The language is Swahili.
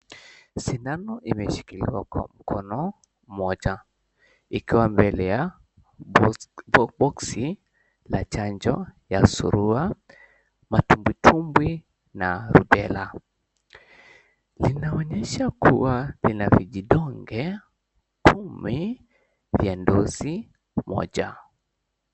Shindano imeshikiliwa kwa mkono moja ikiwa mbele ya boxi la chanjo ya surua, matumbwitumbwi na rubella. Inaonyesha kuwa kuna vijidonge kumi vya dozi moja.